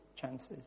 chances